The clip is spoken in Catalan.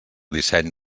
disseny